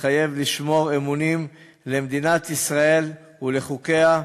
מתחייב לשמור אמונים למדינת ישראל ולחוקיה,